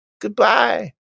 Goodbye